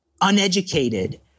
uneducated